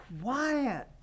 quiet